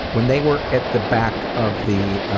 when they were at the back of the,